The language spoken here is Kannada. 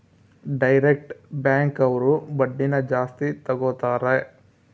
ಡೈರೆಕ್ಟ್ ಬ್ಯಾಂಕ್ ಅವ್ರು ಬಡ್ಡಿನ ಜಾಸ್ತಿ ತಗೋತಾರೆ